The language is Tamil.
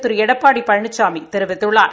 திரு எடப்பாடி பழனிசாமி தெரிவித்துள்ளார்